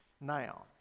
now